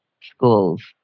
schools